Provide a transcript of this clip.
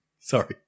Sorry